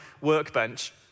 workbench